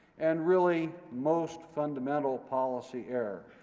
and really most fundamental, policy error,